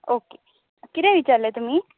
okay कितें विचारले तुमी